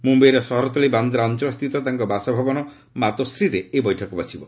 ମୁମ୍ୟାଇର ସହରତଳୀ ବାନ୍ଦ୍ରା ଅଞ୍ଚଳ ସ୍ଥିତ ତାଙ୍କ ବାସଭବନ ମାତୋଶ୍ରୀରେ ଏହି ବୈଠକ ବସିବ